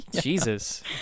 Jesus